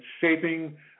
shaping